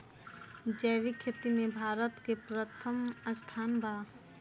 जैविक खेती में भारत के प्रथम स्थान बा